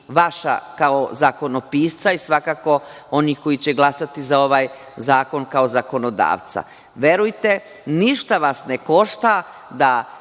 vaša kao zakonopisca i svakako onih koji će glasati za ovaj zakon kao zakonodavca. Verujte, ništa vas ne košta da